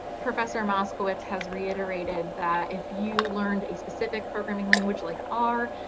professor moskowitz has reiterated that if you learned a specific programming language like r,